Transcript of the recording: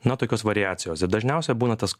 na tokios variacijos ir dažniausia būna tas